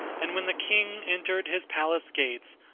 and when the king entered his palace gates,